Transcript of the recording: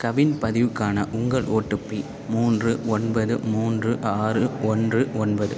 கவின் பதிவுக்கான உங்கள் ஓட்டுபி மூன்று ஒன்பது மூன்று ஆறு ஒன்று ஒன்பது